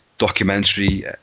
documentary